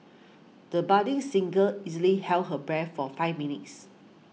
the budding singer easily held her breath for five minutes